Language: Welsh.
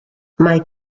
mae